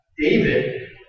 David